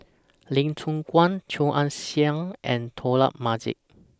Lee Choon Guan Chia Ann Siang and Dollah Majid